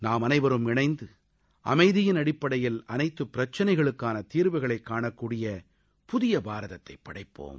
நாம் அனைவரும் இணைந்து அமைதியின் அடிப்படையில் அனைத்து பிரச்சினைகளுக்கான தீர்வு காணக்கூடிய புதிய பாரதத்தை படைப்போம்